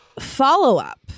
follow-up